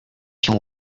się